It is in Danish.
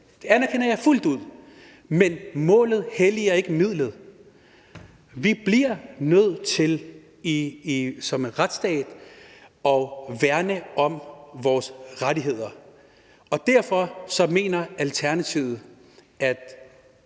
Det anerkender jeg fuldt ud, men målet helliger ikke midlet. Vi bliver nødt til som retsstat at værne om vores rettigheder, og derfor mener Alternativet, at